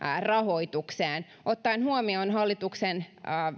rahoitukseen ottaen huomioon hallituksen